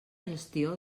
gestió